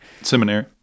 Seminary